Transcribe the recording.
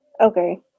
Okay